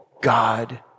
God